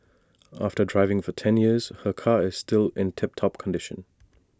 after driving for ten years her car is still in tip top condition